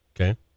okay